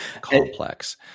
complex